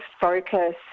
focus